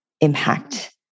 impact